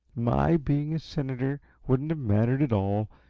my being a senator wouldn't have mattered at all.